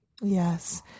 yes